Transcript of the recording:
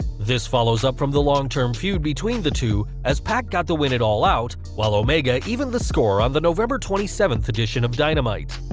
this follows up from the long-term feud between the two, as pac got the win at all out, whilst omega evened the score on the november twenty seventh edition of dynamite.